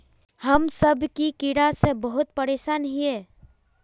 हम सब की कीड़ा से बहुत परेशान हिये?